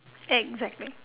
exactly